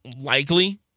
likely